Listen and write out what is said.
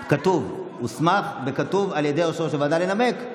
כתוב: הוסמך על ידי יושב-ראש הוועדה לנמק,